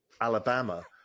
Alabama